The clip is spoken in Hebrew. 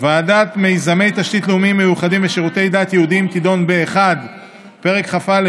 ועדת מיזמי תשתית לאומיים מיוחדים ושירותי דת יהודיים תדון בפרק כ"א,